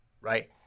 right